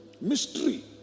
Mystery